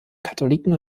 katholiken